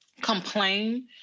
complain